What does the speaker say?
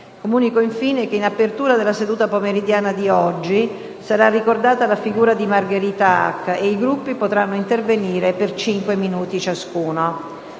comunico che in apertura della seduta pomeridiana di oggi sarà ricordata la figura di Margherita Hack. I Gruppi potranno intervenire per cinque minuti ciascuno.